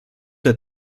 der